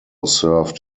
served